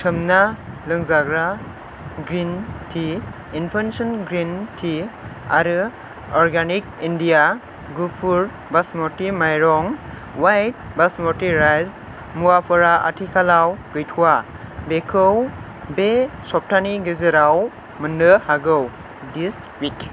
सोमना लोंजाग्रा green tea infusion green tea आरो अर्गेनिक इन्डिया गुफुर बास्मति माइरं वाइट बास्मति राइस मुवाफोरा आथिखालाव गैथ'आ बेखौ बे सप्तानि गेजेराव मोन्नो हागौ दिस विक